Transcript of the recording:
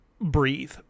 breathe